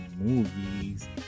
movies